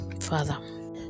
Father